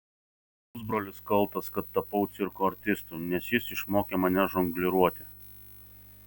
pusbrolis kaltas kad tapau cirko artistu nes jis išmokė mane žongliruoti